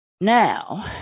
Now